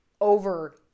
over